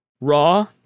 Raw